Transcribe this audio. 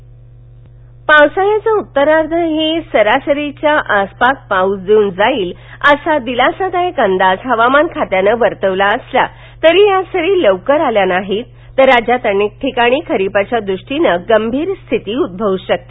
पाऊस पावसाळ्याचा उत्तरार्धही सरासरीच्या आसपास पाऊस देऊन जाईल असा दिलासादायक अंदाज हवामान खात्यानं वर्तवला असला तरी या सरी लवकर आल्या नाहीत तर राज्यात काही ठिकाणी खरिपाच्या दृष्टीनं गंभीर स्थिती उद्भवू शकते